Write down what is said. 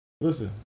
Listen